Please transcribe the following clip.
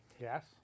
Yes